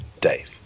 Dave